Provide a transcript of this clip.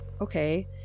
okay